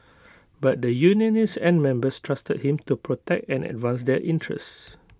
but the unionists and members trusted him to protect and advance their interests